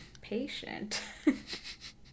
patient